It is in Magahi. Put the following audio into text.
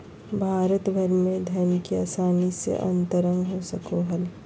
भारत भर में धन के आसानी से अंतरण हो सको हइ